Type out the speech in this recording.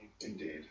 indeed